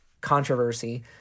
controversy